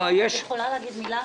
אני יכולה להגיד מילה?